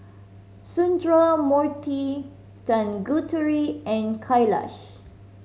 Sundramoorthy Tanguturi and Kailash